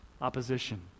opposition